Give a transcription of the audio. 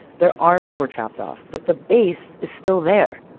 their arms were chopped off, but the base is still there.